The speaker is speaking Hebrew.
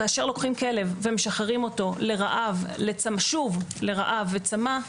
כאשר לוקחים כלב ומשחררים אותו שוב לרעב וצמא,